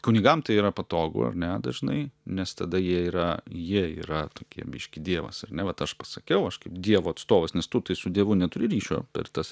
kunigam tai yra patogu ar ne dažnai nes tada jie yra jie yra tokie biškį dievas ar ne vat aš pasakiau aš kaip dievo atstovas nes tu tai su dievu neturi ryšio per tas